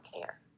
care